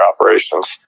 operations